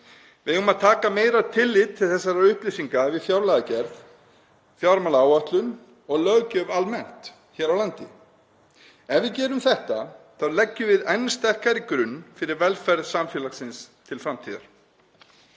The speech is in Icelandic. Við eigum að taka meira tillit til þessara upplýsinga við fjárlagagerð, fjármálaáætlun og löggjöf almennt hér á landi. Ef við gerum þetta þá leggjum við enn sterkari grunn að velferð samfélagsins til framtíðar.